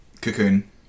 Cocoon